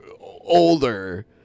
older